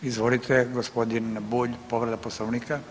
Izvolite gospodine Bulj, povreda Poslovnika.